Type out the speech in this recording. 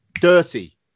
dirty